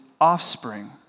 offspring